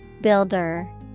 Builder